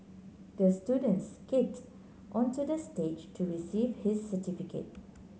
the student skated onto the stage to receive his certificate